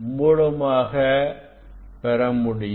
மூலமாக பெற முடியும்